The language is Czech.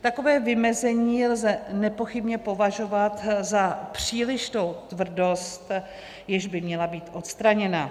Takové vymezení lze nepochybně považovat za přílišnou tvrdost, jež by měla být odstraněna.